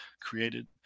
created